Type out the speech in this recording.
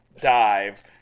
dive